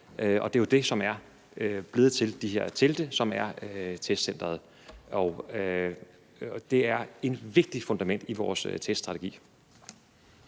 og det er jo det, som er blevet til de her telte, som er testcenteret. Og det er et vigtigt fundament i vores teststrategi.